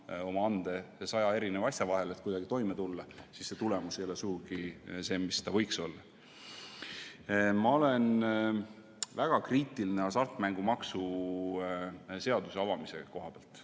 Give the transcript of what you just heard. oma ande saja erineva asja vahel, et kuidagi toime tulla, siis tulemus ei ole sugugi see, mis võiks olla. Ma olen väga kriitiline hasartmängumaksu seaduse avamise koha pealt.